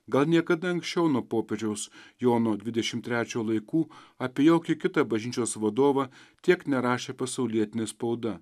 gal niekada anksčiau nuo popiežiaus jono dvidešim trečiojo laikų apie jokį kitą bažnyčios vadovą tiek nerašė pasaulietinė spauda